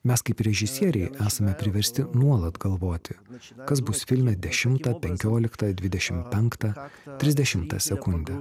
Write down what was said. mes kaip režisieriai esame priversti nuolat galvoti kas bus filme dešimtą penkioliktą dvidešim penktą trisdešimtą sekundę